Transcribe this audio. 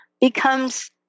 becomes